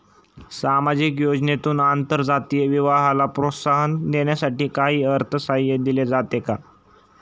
सामाजिक योजनेतून आंतरजातीय विवाहाला प्रोत्साहन देण्यासाठी काही अर्थसहाय्य दिले जाते का?